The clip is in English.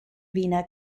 vena